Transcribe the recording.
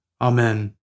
Amen